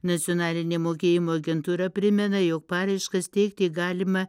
nacionalinė mokėjimo agentūra primena jog paraiškas teikti galima